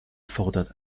fordert